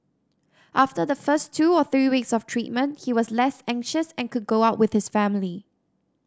after the first two or three weeks of treatment he was less anxious and could go out with his family